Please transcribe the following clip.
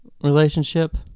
relationship